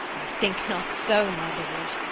i think not so, my lord.